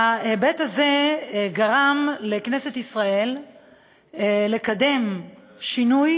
ההיבט הזה גרם לכנסת ישראל לקדם שינוי